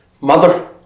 Mother